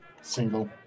single